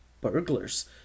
burglars